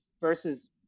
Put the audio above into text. versus